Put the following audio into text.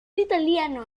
italiano